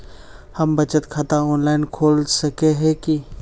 हम बचत खाता ऑनलाइन खोल सके है की?